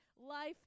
life